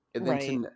right